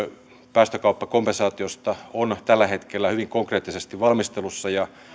päästökauppakompensaatiosta on tällä hetkellä hyvin konkreettisesti valmistelussa ja